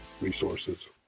resources